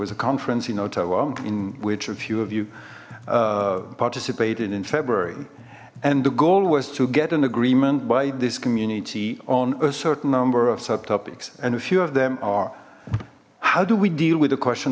was a conference in ottawa in which a few of you participated in february and the goal was to get an agreement by this community on a certain number of subtopics and a few of them are how do we deal with the question